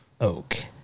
oak